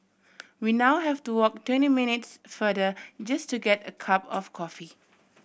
we now have to walk twenty minutes farther just to get a cup of coffee